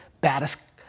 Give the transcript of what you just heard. baddest